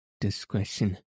discretion